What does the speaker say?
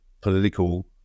political